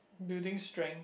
building strength